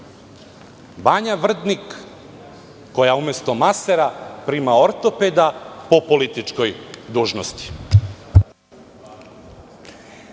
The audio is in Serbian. Banja Vrdnik koja umesto masera prima ortopeda po političkoj